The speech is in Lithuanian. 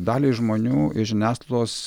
daliai žmonių žiniasklaidos